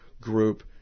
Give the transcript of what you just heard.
group